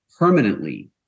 permanently